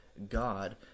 god